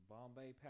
Bombay